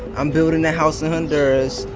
i'm building a house in honduras.